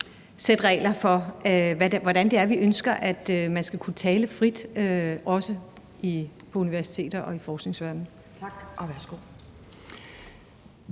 danske regler for, hvordan vi ønsker man skal kunne tale frit også på universiteter og i forskningsverdenen? Kl.